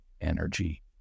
energy